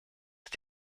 ist